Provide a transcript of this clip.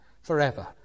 forever